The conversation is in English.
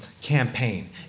campaign